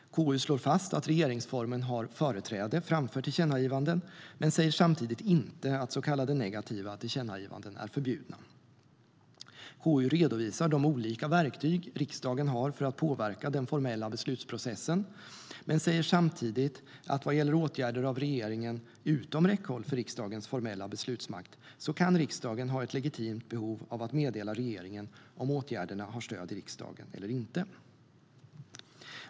KU slår fast att regeringsformen har företräde framför tillkännagivanden men säger samtidigt inte att så kallade negativa tillkännagivanden är förbjudna. KU redovisar de olika verktyg riksdagen har för att påverka den formella beslutsprocessen men säger samtidigt att vad gäller åtgärder av regeringen utom räckhåll för riksdagens formella beslutsmakt kan riksdagen ha ett legitimt behov att meddela regeringen om åtgärderna har stöd i riksdagen eller inte.